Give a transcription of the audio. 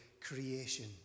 creation